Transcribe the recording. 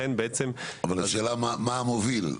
השאלה מהו המוביל?